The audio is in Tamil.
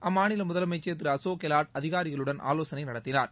அம்மாநில முதலமைச்சன் திரு அசோக் கெலாட் அதிகாரிகளுடன் ஆலோசனை நடத்தினார்